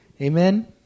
Amen